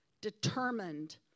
determined